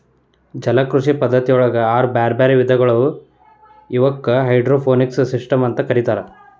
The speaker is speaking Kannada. ಜಲಕೃಷಿ ಪದ್ಧತಿಯೊಳಗ ಆರು ಬ್ಯಾರ್ಬ್ಯಾರೇ ವಿಧಗಳಾದವು ಇವಕ್ಕ ಹೈಡ್ರೋಪೋನಿಕ್ಸ್ ಸಿಸ್ಟಮ್ಸ್ ಅಂತ ಕರೇತಾರ